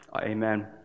Amen